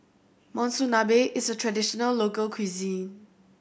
monsunabe is a traditional local cuisine